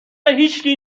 هیشکی